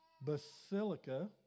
Basilica